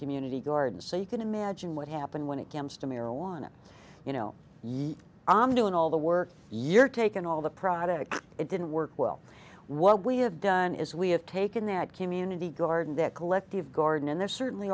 community garden so you can imagine what happened when it comes to marijuana you know i'm doing all the work you're taken all the products it didn't work well what we have done is we have taken that community garden their collective garden and there certainly